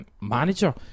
manager